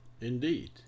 Indeed